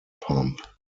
pump